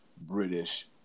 British